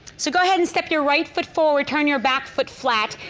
so go ahead and step your right foot forward, turn your back foot flat.